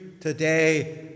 today